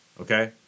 Okay